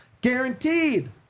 guaranteed